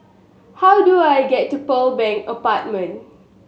how do I get to Pearl Bank Apartment